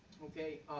okay.